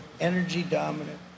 energy-dominant